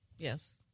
Yes